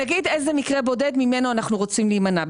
אבל נגיד איזה מקרה בודד ממנו אנחנו רוצים להימנע?